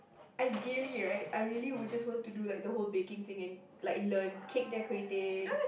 ideally right I really will just want to do like the whole baking thing and like learn cake decorating